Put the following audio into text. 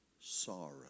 sorrow